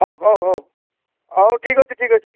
ହଉ ହଉ ହଉ ହଉ ଠିକ୍ ଅଛି ଠିକ୍ ଅଛି